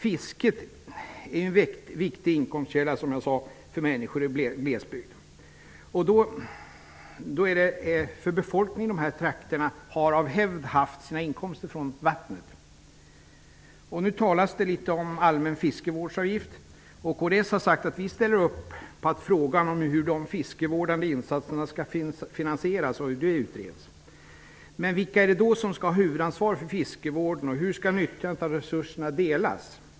Fisket är en viktig inkomstkälla för människor i glesbygd, som jag tidigare sade. Befolkningen i dessa trakter har av hävd haft sina inkomster från vattnet. Nu talas det om en allmän fiskevårdsavgift. Vi i kds har sagt att vi ställer oss bakom att frågan om hur de fiskevårdande insatserna skall finansieras utreds. Vilka är det då som skall ha huvudansvaret för fiskevården, och hur skall nyttjandet av resurserna delas?